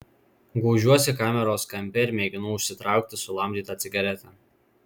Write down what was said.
gūžiuosi kameros kampe ir mėginu užsitraukti sulamdytą cigaretę